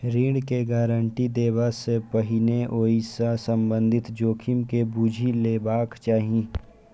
ऋण के गारंटी देबा सं पहिने ओइ सं संबंधित जोखिम के बूझि लेबाक चाही